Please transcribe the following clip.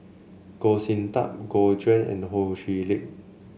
Goh Sin Tub Gu Juan and Ho Chee Lick